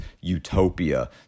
utopia